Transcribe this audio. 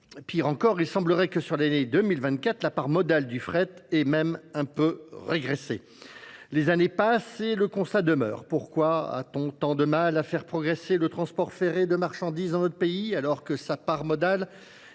Pire encore, il semblerait que sur l'année 2024, la part modale du fret est même un peu régressée. Les années passent et le constat demeure. Pourquoi a-t-on tant de mal à faire progresser le transport ferré de marchandises dans notre pays alors que sa part modale